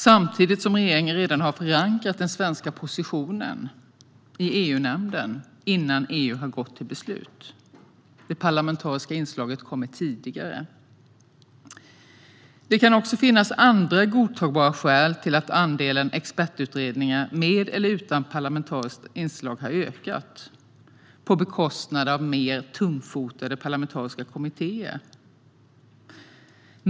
Samtidigt har regeringen redan förankrat den svenska positionen i EU-nämnden innan EU har gått till beslut. Det parlamentariska inslaget kommer tidigare. Det kan också finnas andra godtagbara skäl till att andelen expertutredningar, med eller utan parlamentariska inslag, har ökat på bekostnad av mer tungfotade parlamentariska kommittéer.